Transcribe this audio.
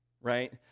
right